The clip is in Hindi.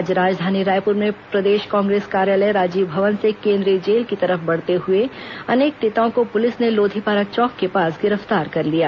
आज राजधानी रायपुर में प्रदेश कांग्रेस कार्यालय राजीव भवन से केंद्रीय जेल की तरफ बढ़ते हुए अनेक नेताओं को पुलिस ने लोधीपारा चौक के पास गिरफ्तार कर लिया